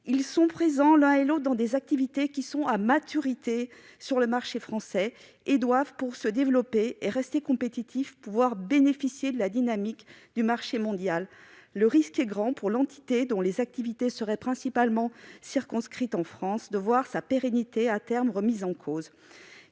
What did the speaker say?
Ils sont présents, l'un et l'autre, dans des activités qui sont à maturité sur le marché français et, pour se développer et rester compétitifs, ils doivent bénéficier de la dynamique du marché mondial. Le risque est grand, pour l'entité dont les activités seraient principalement circonscrites à la France, de voir sa pérennité remise en cause